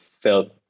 felt